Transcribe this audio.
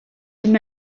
him